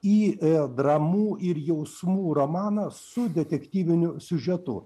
į dramų ir jausmų romaną su detektyviniu siužetu